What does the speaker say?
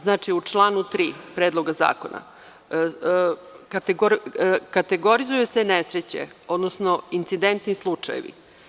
Znači, u članu 3. Predloga zakona kategorizuje se nesreće, odnosno incidentni slučajevi.